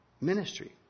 ministry